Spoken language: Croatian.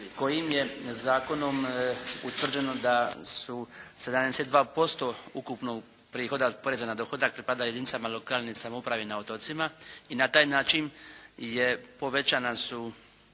kojim je zakonom utvrđeno da su 72% ukupnog prihoda od poreza na dohodak pripada jedinicama lokalne samouprave i na otocima i na taj način je povećani su